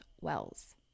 Wells